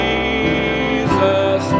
Jesus